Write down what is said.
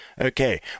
Okay